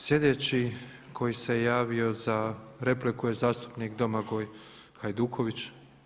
Sljedeći koji se javio za repliku je zastupnik Domagoj Hajduković.